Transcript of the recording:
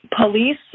Police